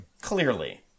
Clearly